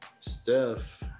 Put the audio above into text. Steph